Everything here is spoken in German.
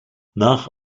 nach